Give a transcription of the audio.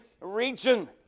region